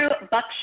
Buckshot